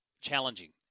challenging